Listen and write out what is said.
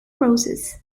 roses